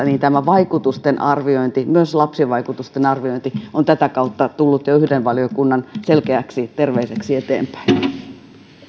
niin tämä vaikutusten arviointi myös lapsivaikutusten arviointi on tätä kautta tullut jo yhden valiokunnan selkeäksi terveiseksi eteenpäin